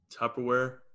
Tupperware